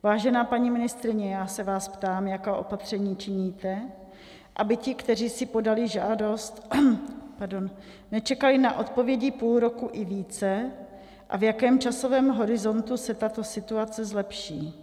Vážená paní ministryně, já se vás ptám, jaká opatření činíte, aby ti, kteří si podali žádost, nečekali na odpovědi půl roku i více, a v jakém časovém horizontu se tato situace zlepší.